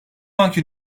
anki